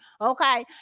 okay